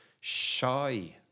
shy